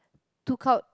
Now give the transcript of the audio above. took out